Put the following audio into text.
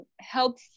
help